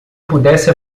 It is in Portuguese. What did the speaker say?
pudesse